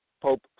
Pope